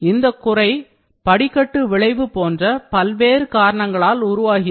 இந்த குறை படிக்கட்டு விளைவு போன்ற வெவ்வேறு காரணங்களால் உருவாகிறது